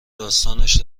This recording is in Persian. داستانش